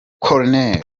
col